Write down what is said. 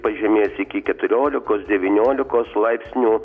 pažemės iki keturiolikos devyniolikos laipsnių